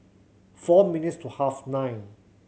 four minutes to half nine